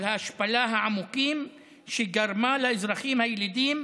על ההשפלה העמוקה שגרמה לאזרחים הילידים,